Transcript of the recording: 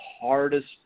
hardest